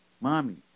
Mommy